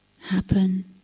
happen